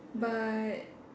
but